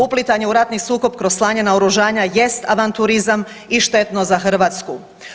Uplitanje u ratni sukob kroz slanje naoružanja jest avanturizam i štetno za Hrvatsku.